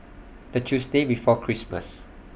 The Tuesday before Christmas